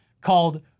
called